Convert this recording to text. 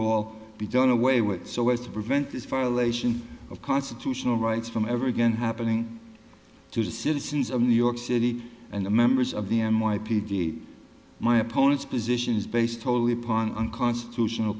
all be done away with so as to prevent this violation of constitutional rights from ever again happening to the citizens of new york city and the members of the n y p d my opponent's position is based wholly upon unconstitutional